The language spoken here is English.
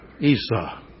Esau